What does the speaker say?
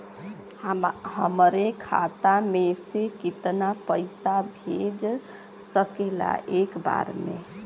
हमरे खाता में से कितना पईसा भेज सकेला एक बार में?